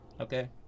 okay